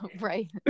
right